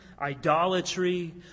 idolatry